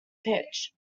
pitch